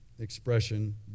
Expression